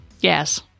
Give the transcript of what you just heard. Yes